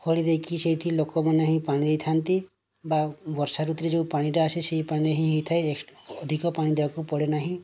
ଖୋଳିଦେଇକି ସେଇଠି ଲୋକମାନେ ହିଁ ପାଣି ଦେଇଥାନ୍ତି ବା ବର୍ଷା ଋତୁରେ ଯେଉଁ ପାଣିଟା ଆସେ ସେହି ପାଣିରେ ହିଁ ହେଇଥାଏ ଜଷ୍ଟ ଅଧିକ ଦେବାକୁ ପଡ଼େନାହିଁ